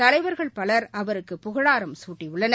தலைவர்கள் பலர் அவருக்கு புகழாரம் சூட்டியுள்ளனர்